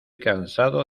cansado